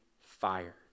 fire